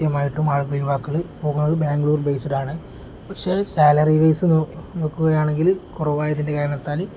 കൃത്യമായിട്ടും യുവാക്കൾ പോകുന്നത് ബാംഗ്ലൂർ ബെയ്സ്ഡ് ആണ് പക്ഷെ സാലറി വൈസ് നോക്കുകയാണെങ്കിൽ കുറവായതിൻ്റെ കാരണത്താൽ